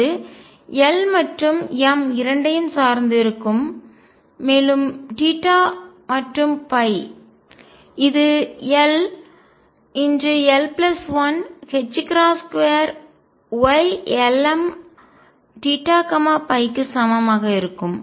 இது l மற்றும் m இரண்டையும் சார்ந்து இருக்கும் மேலும் மற்றும் இது l l 1 2 Ylmθϕ க்கு சமமாக இருக்கும்